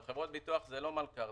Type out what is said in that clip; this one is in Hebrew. חברות ביטוח זה לא מלכ"ר,